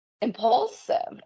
impulsive